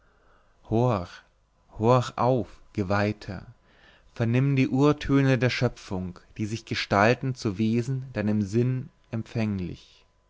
auf geweihter vernimm die urtöne der schöpfung die sich gestalten zu wesen deinem sinn empfänglich